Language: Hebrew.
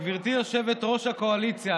גברתי יושבת-ראש הקואליציה,